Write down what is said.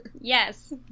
Yes